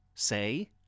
Say